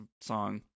song